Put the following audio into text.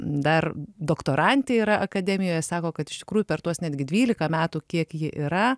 dar doktorantė yra akademijoje sako kad iš tikrųjų per tuos netgi dvylika metų kiek ji yra